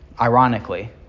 ironically